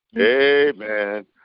Amen